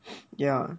yeah